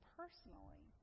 personally